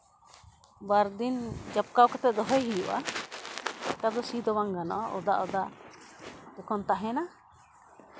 ᱵᱟᱨᱫᱤᱱ ᱡᱟᱯᱠᱟᱣ ᱠᱟᱛᱮ ᱫᱚᱦᱚᱭ ᱦᱩᱭᱩᱜᱼᱟ ᱛᱚᱵᱮ ᱥᱤ ᱫᱚ ᱵᱟᱝ ᱜᱟᱱᱚᱜᱼᱟ ᱚᱫᱟ ᱚᱫᱟ ᱡᱚᱠᱷᱚᱱ ᱛᱟᱦᱮᱱᱟ